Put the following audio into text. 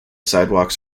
sidewalks